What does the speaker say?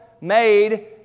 made